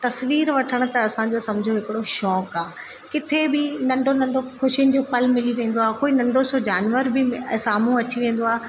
तस्वीर वठण त असांजो सम्झो हिकिड़ो शौंक़ु आहे किथे बि नंढो नंढो ख़ुशियुनि जो पल मिली वेंदो आहे कोई नंढो सो जानवर बि साम्हूं अची वेंदो आहे